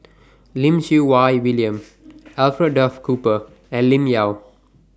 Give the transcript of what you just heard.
Lim Siew Wai William Alfred Duff Cooper and Lim Yau